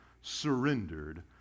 surrendered